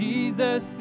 Jesus